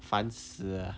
烦死了